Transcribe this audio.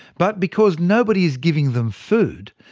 but because nobody is giving them food,